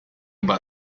about